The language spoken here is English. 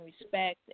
respect